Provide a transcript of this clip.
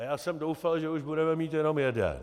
A já jsem doufal, že už budeme mít jenom jeden.